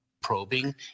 probing